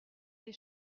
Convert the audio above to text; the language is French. des